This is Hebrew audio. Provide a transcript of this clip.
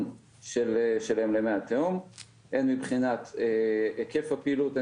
שלהם למי התהום הן מבחינת היקף הפעילות,